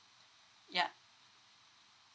ya